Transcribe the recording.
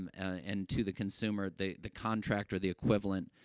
um and to the consumer the the contract or the equivalent,